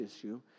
issue